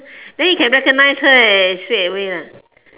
then you can recognise her eh straightaway ah